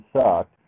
sucked